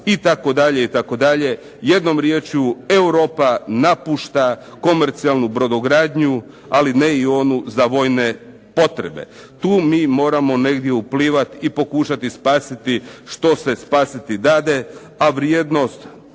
u Grčkoj itd. itd. Jednom riječju Europa napušta komercijalnu brodogradnju, ali ne i onu za vojne potrebe. Tu mi moramo negdje uplivati i pokušati spasiti što se spasiti dade, a vrijednost